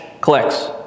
clicks